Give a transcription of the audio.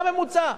זה הממוצע.